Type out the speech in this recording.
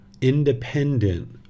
independent